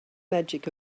magic